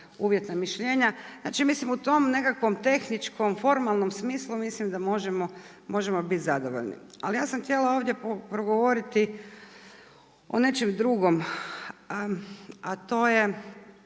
uvjetna mišljenja. Znači mislim u tom nekakvom tehničkom formalnom smislu mislim da možemo biti zadovoljni. Ali ja sam htjela ovdje progovoriti o nečem drugom, a to je